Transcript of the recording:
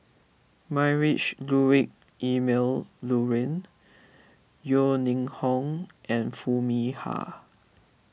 Ludwig Emil Luering Yeo Ning Hong and Foo Mee Har